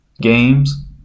games